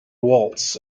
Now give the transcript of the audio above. waltz